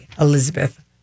Elizabeth